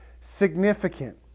significant